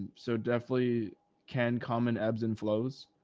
and so definitely can come and ebbs and flows.